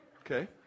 Okay